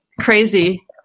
crazy